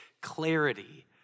clarity